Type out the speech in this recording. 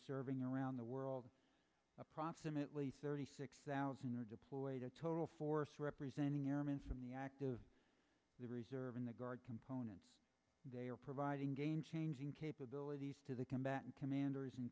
serving around the world approximately thirty six thousand are deployed a total force representing the active reserve in the guard component they are providing game changing capabilities to the combatant commanders in